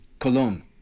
Cologne